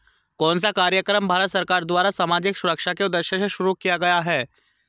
कौन सा कार्यक्रम भारत सरकार द्वारा सामाजिक सुरक्षा के उद्देश्य से शुरू किया गया है?